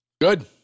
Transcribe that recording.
Good